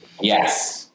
Yes